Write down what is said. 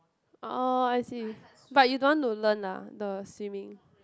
oh I see but you don't want to learn lah the swimming